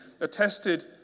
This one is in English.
attested